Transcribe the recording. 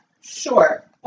Sure